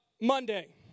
Monday